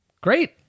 great